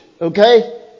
Okay